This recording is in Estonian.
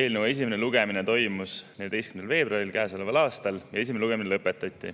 Eelnõu esimene lugemine toimus 14. veebruaril käesoleval aastal ja esimene lugemine lõpetati.